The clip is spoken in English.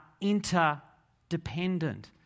interdependent